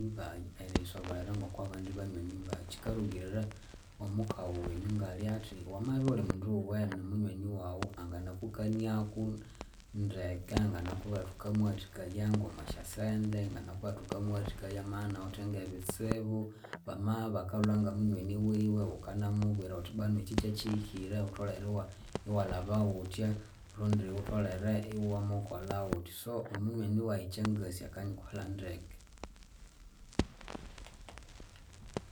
Banyonyi bayi eriyisobolera ngokubadi banyonyi bayi kyikalugirira omukawu wenyu ngalyathi. Wamabya iwulimundu iwuwene nomunywani wawu anganakukaniaku ndeke anganakubwirathi wukamuwathikaya ngomwasyasente. Anganabuwathi wukamuwathikaya ngebitsibu. Bama bakalwa ngamunyoni wiwe wukana mubwira wuthi bwanu ekyi kyekyihikire wutholere walhaba wuthya rundi wutholere iamukolha wuthya. So omunywani wayi ekyangasi akanyikolha ndeke.